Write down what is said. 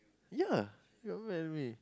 ya y'all look at me